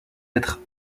être